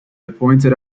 appointed